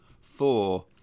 four